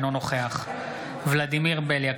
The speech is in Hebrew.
אינו נוכח ולדימיר בליאק,